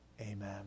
Amen